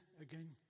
again